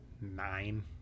nine